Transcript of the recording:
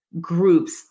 groups